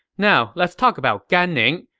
now let's talk about gan ning,